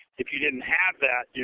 if you didn't have that,